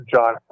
John